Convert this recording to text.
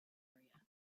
area